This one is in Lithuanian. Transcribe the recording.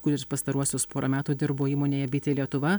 kuris pastaruosius porą metų dirbo įmonėje bitė lietuva